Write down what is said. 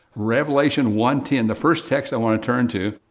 revelation one ten. the first text i want to turn to,